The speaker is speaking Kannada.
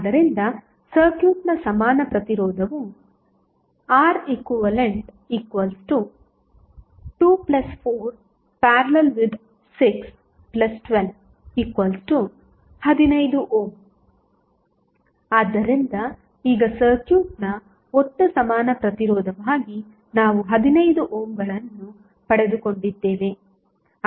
ಆದ್ದರಿಂದ ಸರ್ಕ್ಯೂಟ್ನ ಸಮಾನ ಪ್ರತಿರೋಧವು Req24||61215 ಆದ್ದರಿಂದ ಈಗ ಸರ್ಕ್ಯೂಟ್ನ ಒಟ್ಟು ಸಮಾನ ಪ್ರತಿರೋಧವಾಗಿ ನಾವು 15 ಓಮ್ಗಳನ್ನು ಪಡೆದುಕೊಂಡಿದ್ದೇವೆ